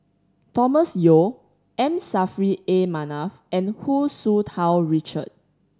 Thomas Yeo M Saffri A Manaf and Hu Tsu Tau Richard